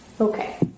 Okay